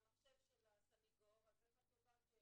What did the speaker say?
אם את מעבירה את זה למחשב של הסניגור אז איך את יודעת ש